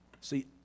See